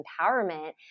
empowerment